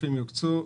הכספים יוקצו.